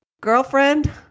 girlfriend